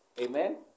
Amen